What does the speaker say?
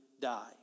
die